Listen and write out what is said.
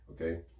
Okay